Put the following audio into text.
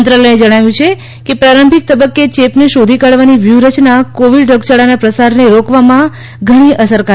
મંત્રાલયે જણાવ્યું છે કે પ્રારંભિક તબક્કે ચેપને શોધી કાઢવાની વ્યૂહરચના કોવિડ રોગયાળાના પ્રસારને રોકવામાં ઘણી અસરકારક રહેશે